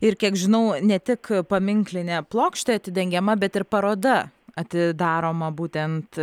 ir kiek žinau ne tik paminklinė plokštė atidengiama bet ir paroda atidaroma būtent